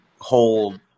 hold